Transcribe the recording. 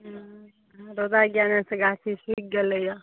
हूँ रौदाके ज्ञानेसँ गाछ सुखि गेलै यऽ